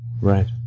Right